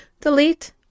delete